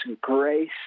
grace